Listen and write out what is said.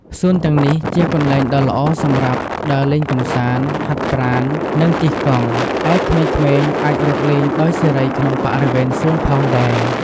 សួនទាំងនេះជាកន្លែងដ៏ល្អសម្រាប់ ដើរលេងកម្សាន្ត ហាត់ប្រាណ និងជិះកង់ ឯក្មេងៗអាចរត់លេងដោយសេរីក្នុងបរិវេណសួនផងដែរ។